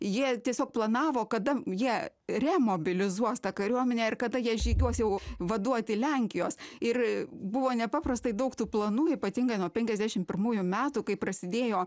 jie tiesiog planavo kadam jie re mobilizuos tą kariuomenę ir kada jie žygiuos jau vaduoti lenkijos ir a buvo nepaprastai daug tų planų ypatingai nuo penkiasdešimt pirmųjų metų kai prasidėjo